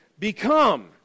Become